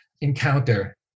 encounter